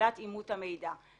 שאלת אימות המידע.